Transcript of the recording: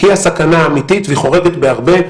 היא הסכנה האמיתית והיא חורגת בהרבה,